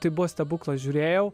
tai buvo stebuklas žiūrėjau